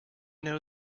know